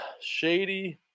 shady